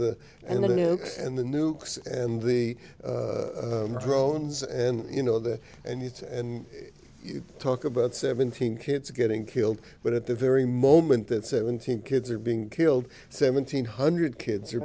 the and the nukes and the nukes and the drones and you know that and it's and you talk about seventeen kids getting killed but at the very moment that seventeen kids are being killed seventeen hundred kids are